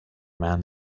man